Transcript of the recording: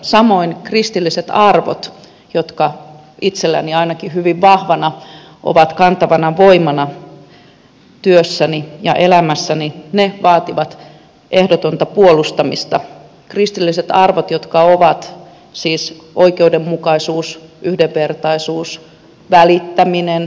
samoin kristilliset arvot jotka itselläni ainakin hyvin vahvana ovat kantavana voimana työssäni ja elämässäni vaativat ehdotonta puolustamista kristilliset arvot jotka ovat siis oikeudenmukaisuus yhdenvertaisuus välittäminen huolenpito rakkaus